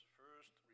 first